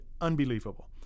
unbelievable